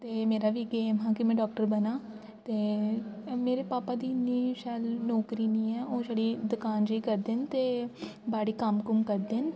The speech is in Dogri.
ते मेरा बी इक ऐम हा कि में डॉक्टर बनांऽ ते मेरे भापा दी इ'न्नी शैल नौकरी निं ऐ ओह् छड़ी दुकान जेही करदे न ते बाड़ी कम्म कुम्म करदे न